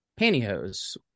pantyhose